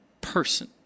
person